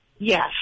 Yes